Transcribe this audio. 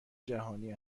جهانی